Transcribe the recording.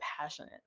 passionate